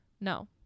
no